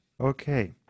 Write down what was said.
Okay